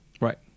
Right